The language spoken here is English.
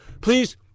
please